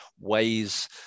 ways